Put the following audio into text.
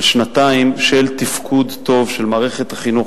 שנתיים של תפקוד טוב של מערכת החינוך,